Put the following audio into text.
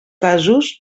casos